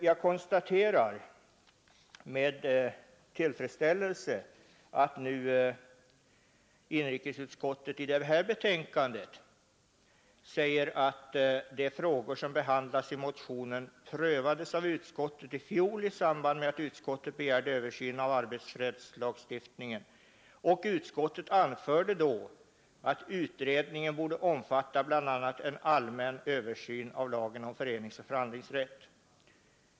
Jag konstaterar med tillfredsställelse att inrikesutskottet nu i sitt betänkande nr 16 säger: ”De frågor som behandlas i motionen prövades av utskottet i fjol i samband med att utskottet begärde översyn av arbetsfredslagstiftningen. Utskottet anförde då att utredningen borde omfatta bl.a. en allmän översyn av lagen om föreningsoch förhandlingsrätt.